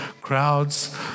crowds